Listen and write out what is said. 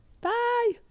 Bye